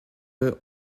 eux